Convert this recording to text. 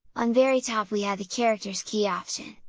on very top we had the characters key option.